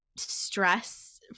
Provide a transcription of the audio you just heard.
stress